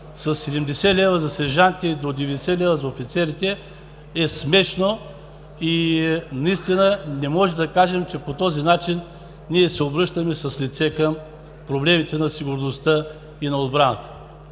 със 70 лв. за сержанти и до 90 лв. за офицерите, е смешно. Не можем да кажем, че по този начин се обръщаме с лице към проблемите на сигурността и отбраната.